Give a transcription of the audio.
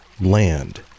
land